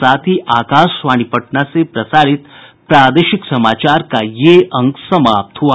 इसके साथ ही आकाशवाणी पटना से प्रसारित प्रादेशिक समाचार का ये अंक समाप्त हुआ